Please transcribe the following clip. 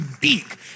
big